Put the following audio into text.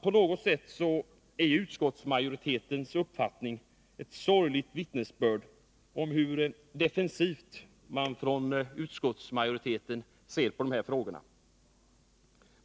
På något sätt är utskottsmajoritetens uppfattning ett sorgligt vittnesbörd om hur defensivt man från utskottsmajoritetens sida ser på dessa frågor.